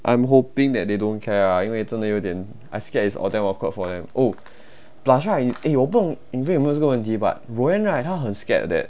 I am hoping that they don't care ah 因为真的有点 I scared is damn awkward for them oh plus right eh 我不懂 yin fei 有没有这个问题 but roanne right 她很 scared that